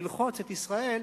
ללחוץ את ישראל,